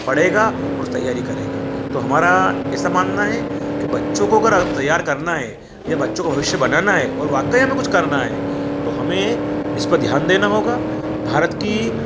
पढ़ेगा और तैयारी करेगा तो हमारा ऐसा मानना हैं कि बच्चों को अगर तैयार करना है या बच्चों को भविष्य बनाना है और वाकई हमें कुछ करना हैं तो हमें इस पर ध्यान देना होगा भारत की